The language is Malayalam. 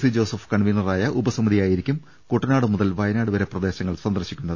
സി ജോസഫ് കൺവീനറായ ഉപസമിതിയായിരിക്കും കുട്ടനാട് മുതൽ വയനാട് വരെ പ്രദേശങ്ങൾ സന്ദർശിക്കുന്നത്